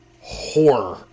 horror